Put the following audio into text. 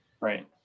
Right